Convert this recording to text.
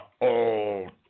Old